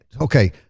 Okay